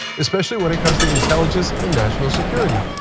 especially when it comes to intelligence and national security.